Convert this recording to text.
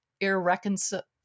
irreconcilable